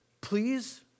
Please